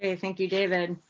ah thank you, david.